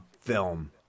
film